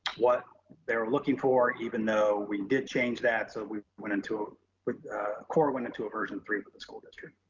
what they were looking for, even though we did change that. so we went into but core, went into a version three of but the school district,